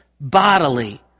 bodily